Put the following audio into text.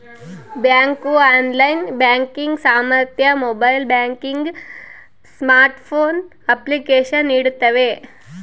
bank online banking ಸಾಮರ್ಥ್ಯ mobile banking smartphone application ನೀಡ್ತವೆ